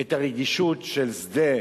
את הרגישות של שדה